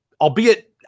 albeit